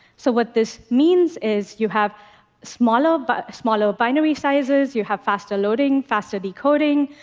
so what this means is, you have smaller but smaller binary sizes, you have faster loading, faster decoding,